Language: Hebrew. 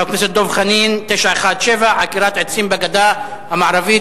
חבר הכנסת דב חנין, 917: עקירת עצים בגדה המערבית.